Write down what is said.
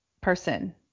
person